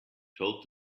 told